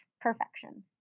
perfection